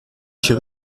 fit